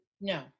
No